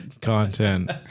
content